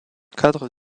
cadre